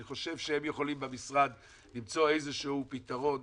אני חושב שהם יכולים במשרד למצוא איזה שהוא פתרון,